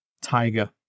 tiger